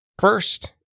first